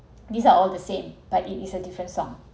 these are all the same but it is a different song